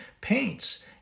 paints